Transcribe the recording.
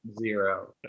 zero